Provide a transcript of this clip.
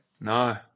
No